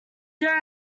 there